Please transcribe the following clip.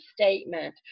statement